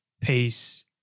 peace